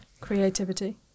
Creativity